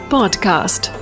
Podcast